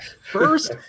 first